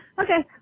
Okay